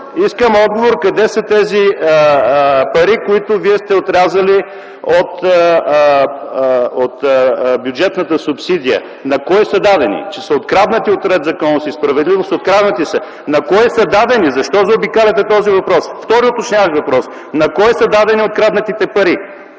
Искам отговор къде са парите, които Вие сте отрязали от бюджетната субсидия! На кого са дадени?! Че са откраднати от „Ред, законност и справедливост”, откраднати са, но на кого са дадени – защо заобикаляте този въпрос?! Втори уточняващ въпрос: на кого са дадени откраднатите пари?